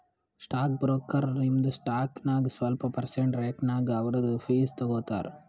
stock broker ನಿಮ್ದು stock ನಾಗ್ ಸ್ವಲ್ಪ ಪರ್ಸೆಂಟ್ ರೇಟ್ನಾಗ್ ಅವ್ರದು ಫೀಸ್ ತಗೋತಾರ